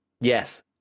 yes